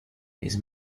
his